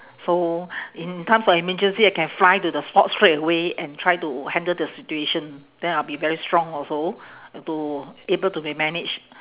so in times of emergency I can fly to the spot straight away and try to handle the situation then I will be very strong also to able to be manage